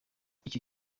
icyo